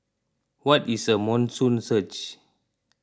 what is a monsoon surge